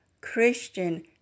Christian